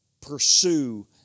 pursue